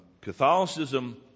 catholicism